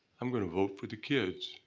i'm going to vote for the kids.